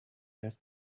had